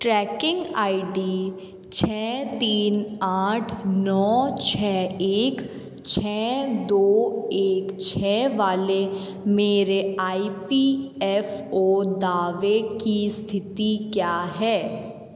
trekking I D छः तीन आठ नौ छः एक छः दो एक छः वाले मेरे आई पी एफ़ ओ दावे की स्थिति क्या है